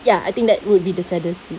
ya I think that would be the saddest scene